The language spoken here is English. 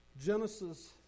genesis